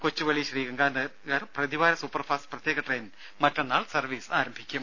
കൊച്ചുവേളി ശ്രീ ഗംഗാനഗർ പ്രതിവാര സൂപ്പർഫാസ്റ്റ് പ്രത്യേക ട്രെയിൻ മറ്റന്നാൾ സർവീസ് ആരംഭിക്കും